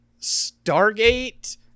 Stargate